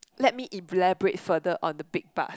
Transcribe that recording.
let me elaborate further on the big buzz